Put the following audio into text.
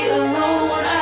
alone